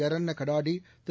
எரன்ன கடாடி திரு